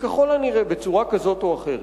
שככל הנראה בצורה כזאת או אחרת